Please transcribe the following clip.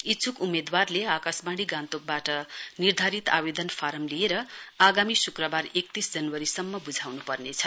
इच्छुक उम्मेदवारले आकाशवाणी गान्तोकवाट निर्धारित आवेदन फारम लिएर आगामी शुक्रवार एकतीस जनवरीसम्म बुझाउनुपर्नेछ